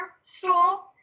stool